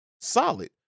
solid